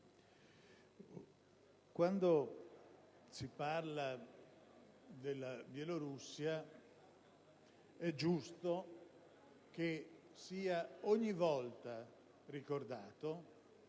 quando si parla della Bielorussia, è giusto che sia ogni volta ricordato